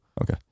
Okay